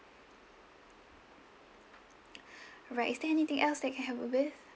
right is there anything else that I can help you with